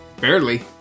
Barely